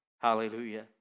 Hallelujah